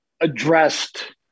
addressed